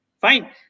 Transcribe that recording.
fine